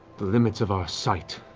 the limits of our sight,